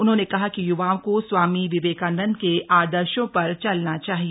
उन्होंने कहा कि य्वाओं को स्वामी विवेकानंद के आदर्शों पर चलना चाहिए